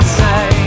say